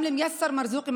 גם למיאסר מרזוק מעדי,